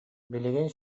билигин